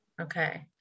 Okay